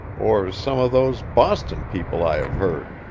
or some of those boston people i have heard.